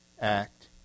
act